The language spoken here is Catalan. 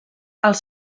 els